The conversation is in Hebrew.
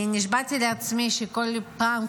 אני נשבעתי לעצמי שכל פעם,